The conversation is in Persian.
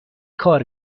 کار